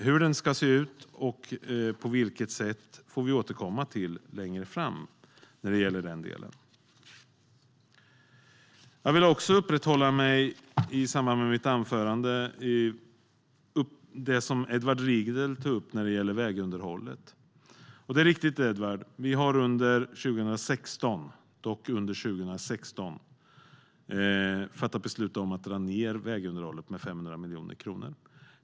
Hur den ska se ut får vi återkomma till längre fram. Jag vill i mitt anförande också uppehålla mig vid det som Edward Riedl tog upp om vägunderhållet. Det är riktigt, Edward, att vi har fattat beslut om att under 2016 dra ned på vägunderhållet med 500 miljoner kronor.